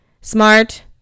smart